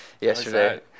yesterday